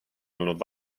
olnud